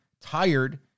tired